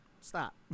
stop